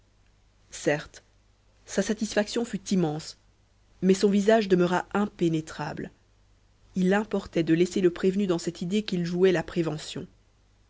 certes sa satisfaction fut immense mais son visage demeura impénétrable il importait de laisser le prévenu dans cette idée qu'il jouait la prévention